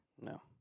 No